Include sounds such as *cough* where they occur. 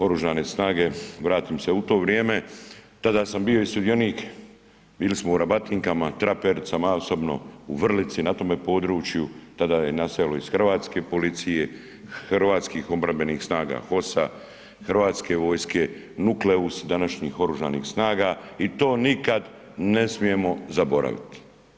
Oružane snage, vratim se u to vrijeme, tada sam bio i sudionik, bili smo u rabatinkama, trapericama ja osobno u Vrlici, na tome području, tada je ... *unintelligible* iz Hrvatske policije, Hrvatskih obrambenih snaga HOS-a, Hrvatske vojske, nukleus današnjih Oružanih snaga i to nikad ne smijemo zaboraviti.